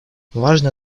важно